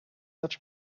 such